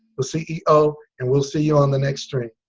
the ceo and we'll see you on the next stream.